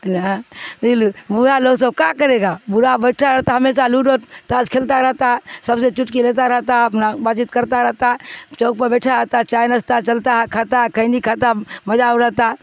وہھا لوگ سب کا کرے گا بھا بیٹھا رہتا ہمیشہ لوڈو تاس کھیلتا رہتا سب سے چٹ کے لیتا رہتا اپنا بات چیت کرتا رہتا چوک پرہ بیٹھا رہتا چائے نچتا چلتا ہے کھاتا ہے کہین کھاتا مجہ ہو رہتا ہے